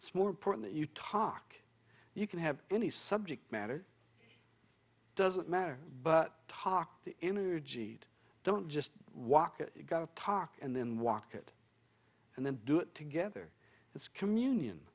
it's more important you talk you can have any subject matter doesn't matter but talk the energy it don't just walk gotta talk and then walk it and then do it together it's communion